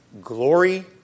Glory